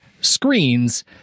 screens